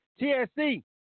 TSC